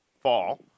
fall